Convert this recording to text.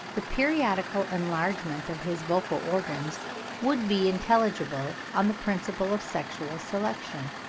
the periodical enlargement of his vocal organs would be intelligible on the principle of sexual selection,